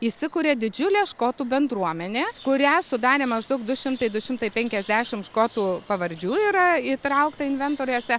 įsikuria didžiulė škotų bendruomenė kurią sudarė maždaug du šimtai du šimtai penkiasdešimt škotų pavardžių yra įtraukta inventoriuose